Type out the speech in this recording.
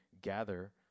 gather